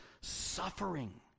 suffering